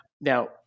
Now